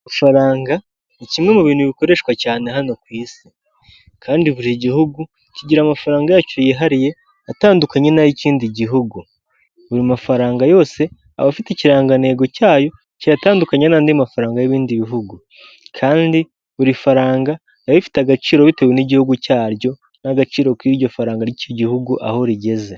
Ifaranga ni kimwe mu bintu bikoreshwa cyane hano ku isi, kandi buri gihugu kigira amafaranga yacyo yihariye atandukanye n'ay'ikindi gihugu. Buri mafaranga yose aba afite ikirangantego cyayo kiyatandukanya n'andi mafaranga y'ibindi bihugu, kandi buri faranga riba rifite agaciro bitewe n'igihugu cyaryo n'agaciro k'iryo faranga ry'icyo gihugu aho rigeze.